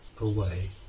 away